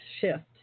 shift